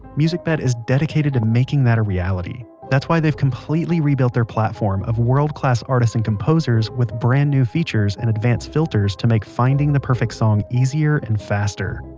musicbed is dedicated to making that a reality. that's why they've completely rebuilt their platform of world-class artists and composers with brand-new features and advanced filters to make finding the perfect song easier and faster.